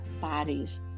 bodies